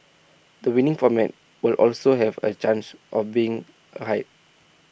the winning format will also have A chance of being high